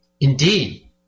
Indeed